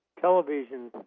television